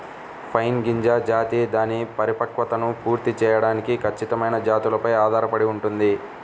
pine గింజ జాతి దాని పరిపక్వతను పూర్తి చేయడానికి ఖచ్చితమైన జాతులపై ఆధారపడి ఉంటుంది